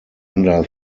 under